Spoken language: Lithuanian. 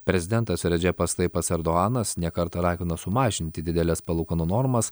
prezidentas redžepas taipas erdoanas ne kartą ragino sumažinti dideles palūkanų normas